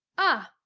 ah,